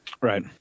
Right